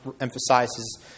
emphasizes